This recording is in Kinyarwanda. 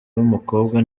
w’umukobwa